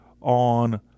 on